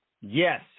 Yes